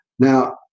Now